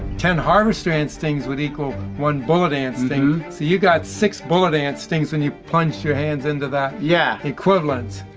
ten harvester ant stings would equal one bullet ant sting. so you got six bullet ant stings when you plunged your hands and in, yeah equivalent.